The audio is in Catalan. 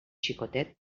xicotet